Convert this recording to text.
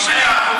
הוא שלם.